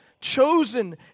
chosen